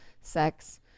sex